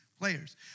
players